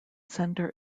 centre